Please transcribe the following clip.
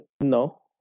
No